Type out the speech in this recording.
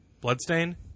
Bloodstain